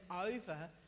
over